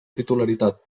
titularitat